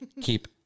keep